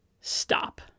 stop